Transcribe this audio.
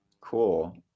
Cool